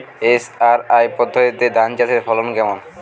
SRI পদ্ধতিতে ধান চাষের ফলন কেমন?